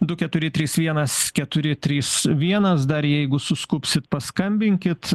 du keturi trys vienas keturi trys vienas dar jeigu suskubsit paskambinkit